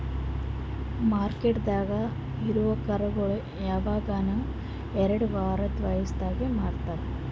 ಮಾರ್ಕೆಟ್ದಾಗ್ ಇರವು ಕರುಗೋಳು ಯವಗನು ಎರಡು ವಾರದ್ ವಯಸದಾಗೆ ಮಾರ್ತಾರ್